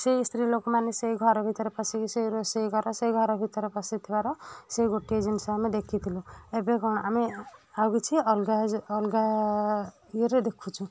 ସେଇ ସ୍ତ୍ରୀ ଲୋକମାନେ ସେଇ ଘର ଭିତରେ ପଶିକି ସେଇ ରୋଷେଇ ଘର ସେଇ ଘର ଭିତରେ ପଶିଥିବାର ସେଇ ଗୋଟିଏ ଜିନିଷ ଆମେ ଦେଖିଥିଲୁ ଏବେ କ'ଣ ଆମେ ଆଉ କିଛି ଅଲଗା ଅଲଗା ଇଏରେ ଦେଖୁଛୁ